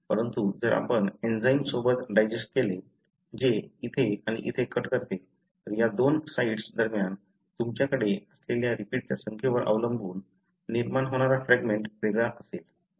परंतु जर आपण एंजाइम सोबत डायजेष्ठ केले जे इथे आणि इथे कट करते तर या दोन साइट्स दरम्यान तुमच्याकडे असलेल्या रिपीटच्या संख्येवर अवलंबून निर्माण होणारा फ्रॅगमेंट वेगळा असेल